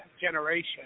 generation